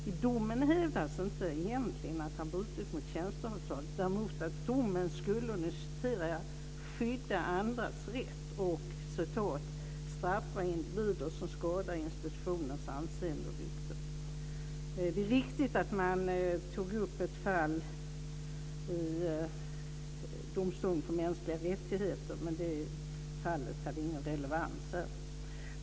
I domen hävdades inte att han brutit mot tjänsteavtal, däremot att domen skulle "skydda andras rätt" och "straffa individer som skadar institutionens anseende och rykte". Det är riktigt att man tog upp ett fall i domstolen för mänskliga rättigheter, men det fallet hade ingen relevans här.